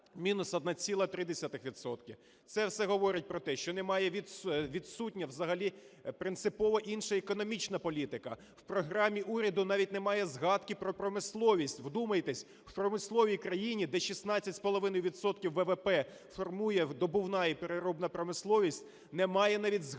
Це все говорить про те, що немає, відсутня взагалі принципова інша економічна політика. В програмі уряду навіть немає згадки про промисловість. Вдумайтесь, в промисловій країні, де 16,5 відсотка ВВП формує видобувна і переробна промисловість, не має навіть згадки